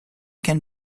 can